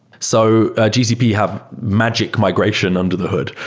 so gcp have magic migration under the hood.